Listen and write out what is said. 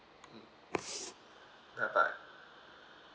mm bye bye